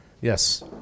Yes